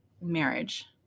marriage